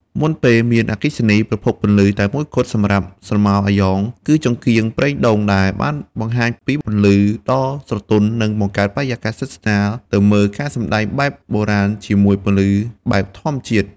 ចង្កៀងប្រេងដូង ជានិមិត្តរូបនៃការបន្តប្រវត្តិសាស្ត្រនៃល្ខោនស្រមោលស្បែកខ្មែរ ដោយភ្ជាប់ការបង្ហាញនាពេលបច្ចុប្បន្នទៅនឹងប្រភពដើមពីបុរាណផងដែរ។